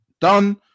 done